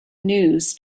news